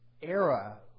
era